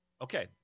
okay